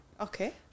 Okay